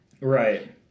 Right